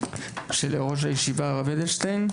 סליחה ראש הישיבה הרב אדלשטיין,